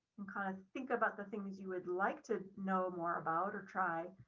and kind of think about the things you would like to know more about or try.